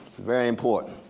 very important.